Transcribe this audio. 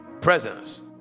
presence